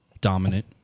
dominant